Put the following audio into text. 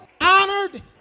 honored